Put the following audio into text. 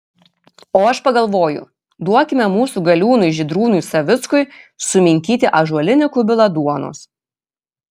o aš pagalvoju duokime mūsų galiūnui žydrūnui savickui suminkyti ąžuolinį kubilą duonos